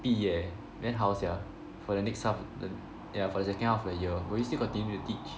毕业 then how sia for the next half the~ ya for the second half of the year will you still continue to teach